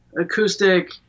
Acoustic